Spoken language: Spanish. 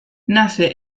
nace